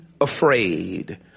afraid